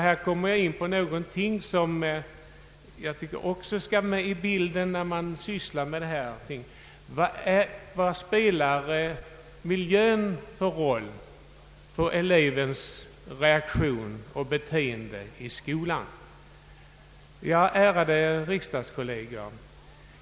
Här kommer jag in på någonting som man även bör ta hänsyn till när man sysslar med dessa frågor, nämligen vilken roll miljön spelar för elevens reaktion och beteende i skolan. Ärade riksdagskolleger!